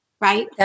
Right